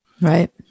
Right